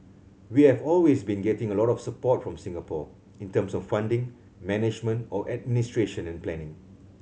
we have always been getting a lot of support from Singapore in terms of funding management or administration and planning